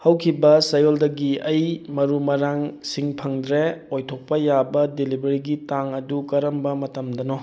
ꯍꯧꯈꯤꯕ ꯆꯌꯣꯜꯗꯒꯤ ꯑꯩ ꯃꯔꯨ ꯃꯔꯥꯡꯁꯤꯡ ꯐꯪꯗ꯭ꯔꯦ ꯑꯣꯏꯊꯣꯛꯄ ꯌꯥꯕ ꯗꯤꯂꯤꯕꯔꯤꯒꯤ ꯇꯥꯡ ꯑꯗꯨ ꯀꯔꯝꯕ ꯃꯇꯝꯗꯅꯣ